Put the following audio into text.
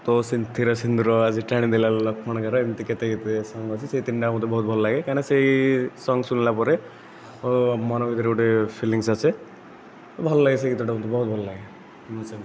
ତୋ ସିନ୍ଥିର ସିନ୍ଦୁର ଆଜି ଟାଣି ଦେଲାଲୋ ଲକ୍ଷ୍ମଣ ଗାର ଏମିତି କେତେ ଗୀତ ସଙ୍ଗ୍ ଅଛି ସେଇ ତିନିଟା ମୋତେ ବହୁତ୍ ଭଲ୍ ଲାଗେ କାରଣ ସେଇ ସଙ୍ଗ୍ ଶୁଣିଲା ପରେ ଓ ମନ ଭିତରେ ଗୋଟିଏ ଫିଲିଂସ୍ ଆସେ ଭଲ୍ ଲାଗେ ସେ ଗୀତଟା ବହୁତ ଭଲ୍ ଲାଗେ